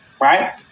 right